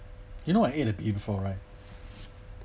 you know I ate the bee before right